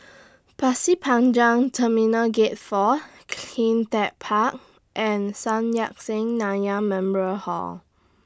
Pasir Panjang Terminal Gate four CleanTech Park and Sun Yat Sen Nanyang Memorial Hall